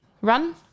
run